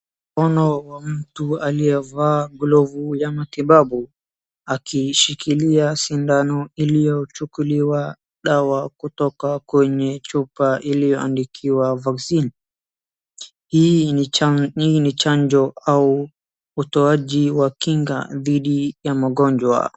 Mkono wa mtu aliyevaa glovu ya matibabu akishikilia shindano iliyochukuliwa dawa kutoka kwenye chupa iliyoandikwa vaccine[cs hii ni chanjo au utoaji wa kinga dhidi ya magonjwa.